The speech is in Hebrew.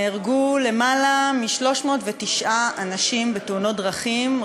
נהרגו למעלה מ-309 אנשים בתאונות דרכים,